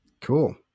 Cool